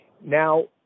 Now